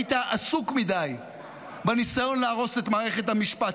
היית עסוק מדי בניסיון להרוס את מערכת המשפט.